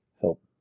Help